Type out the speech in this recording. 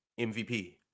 MVP